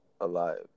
Alive